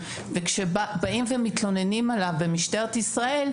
וכשבאים ומתלוננים עליו במשטרת ישראל,